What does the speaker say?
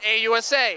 AUSA